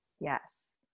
Yes